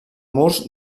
murs